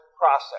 process